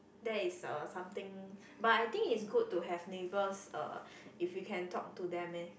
that is uh something but I think it's good to have neighbors uh if you can talk to them eh